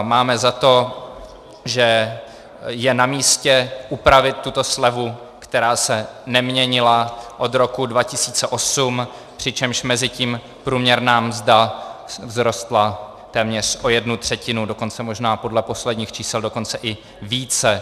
Máme za to, že je namístě upravit tuto slevu, která se neměnila od roku 2008, přičemž mezitím průměrná mzda vzrostla téměř o jednu třetinu, dokonce možná podle posledních čísel i více.